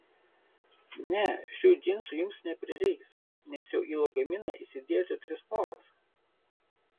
ne šių džinsų jums neprireiks nes jau į lagaminą įsidėjote tris poras